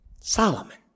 Solomon